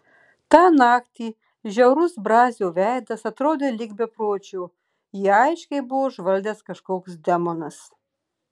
tą naktį žiaurus brazio veidas atrodė lyg bepročio jį aiškiai buvo užvaldęs kažkoks demonas